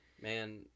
Man